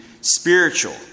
spiritual